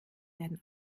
werden